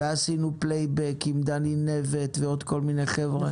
ועשינו פלייבק עם דני נבט ועוד כל מיני חבר'ה.